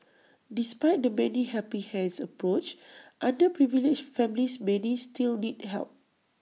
despite the 'many helping hands' approach underprivileged families many still need help